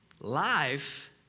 Life